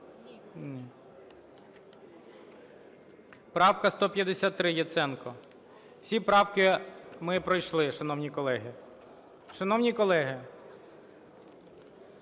Правка 153, Яценко. Всі правки ми пройшли, шановні колеги. Шановні колеги!